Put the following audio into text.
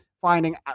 finding